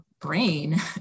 brain